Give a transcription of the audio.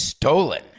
Stolen